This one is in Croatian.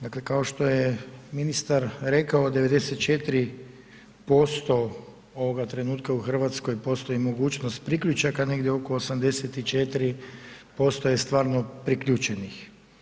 Dakle, kao što je ministar rekao 94% ovoga trenutka u Hrvatskoj postoji mogućnost priključaka, negdje oko 84% je stvarno priključenih.